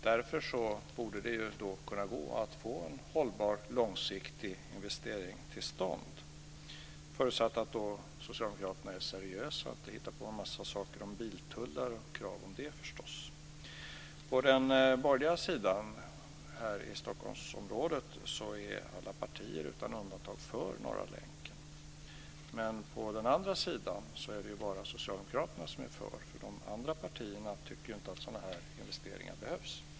Därför borde det kunna gå att få en hållbar, långsiktig investering till stånd - förutsatt att socialdemokraterna är seriösa och inte hittar på en massa saker om biltullar och krav på det förstås. På den borgerliga sidan här i Stockholmsområdet är alla partier utan undantag för Norra länken. Men på den andra sidan är det bara Socialdemokraterna som är för. De andra partierna tycker inte att sådana här investeringar behövs.